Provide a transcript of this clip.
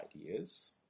ideas